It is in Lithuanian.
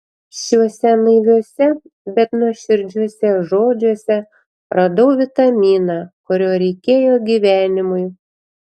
šiuose naiviuose bet nuoširdžiuose žodžiuose radau vitaminą kurio reikėjo gyvenimui